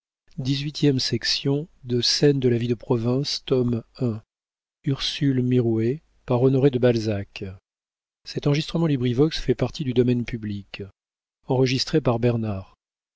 de scène de la vie de province tome i author honoré de balzac